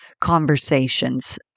conversations